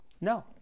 No